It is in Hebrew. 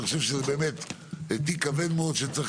אני חושב שזה באמת תיק כבד מאוד שצריך